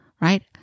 right